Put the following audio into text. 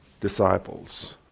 disciples